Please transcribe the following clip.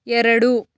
ಎರಡು